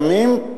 שקיימים,